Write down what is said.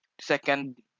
second